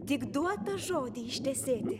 tik duotą žodį ištesėti